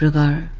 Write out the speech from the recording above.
da